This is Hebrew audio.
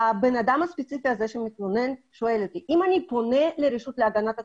הבן אדם הספציפי הזה שהתלונן אומר לי שאם הוא פונה לרשות להגנת הצרכן,